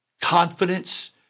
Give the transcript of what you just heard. confidence